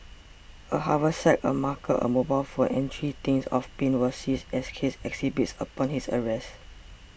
a haversack a marker a mobile phone and three tins of paint were seized as case exhibits upon his arrest